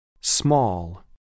Small